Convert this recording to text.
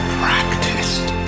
practiced